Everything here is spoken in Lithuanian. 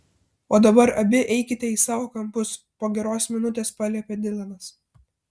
o dabar abi eikite į savo kampus po geros minutės paliepė dilanas